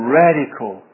radical